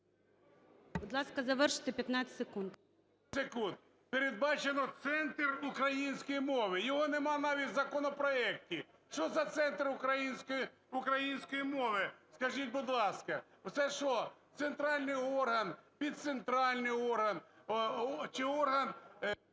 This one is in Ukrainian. НІМЧЕНКО В.І. …секунд. Передбачено центр української мови, його нема навіть у законопроекті. Що за центр української мови? Скажіть, будь ласка, це що – центральний орган, підцентральний орган чи орган…